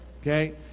okay